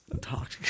talk